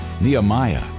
Nehemiah